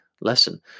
lesson